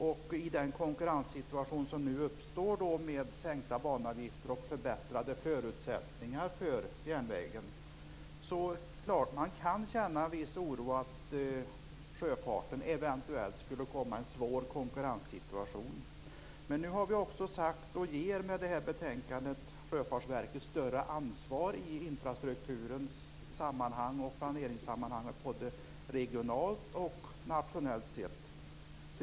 I den konkurrenssituation som nu uppstår med sänkta banavgifter och förbättrade förutsättningar för järnvägen är det klart att man kan känna en viss oro för att sjöfarten skulle komma i en svår konkurrenssituation. Men genom detta betänkande ger vi Sjöfartsverket större ansvar för planering i infrastruktursammanhang både regionalt och nationellt.